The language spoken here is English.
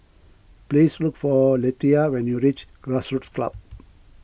please look for Lethia when you reach Grassroots Club